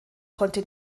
konnte